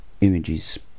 images